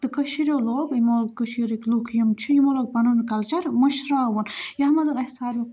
تہٕ کٔشیٖریو لوگ یِمو کٔشیرٕکۍ لوٗکھ یِم چھِ یِمو لوگ پَنُن کَلچَر مٔشراوُن یَتھ منٛز اسہِ ساروٕے کھۄتہٕ